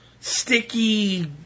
sticky